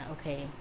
okay